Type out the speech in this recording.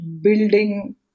building